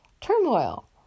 turmoil